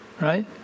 right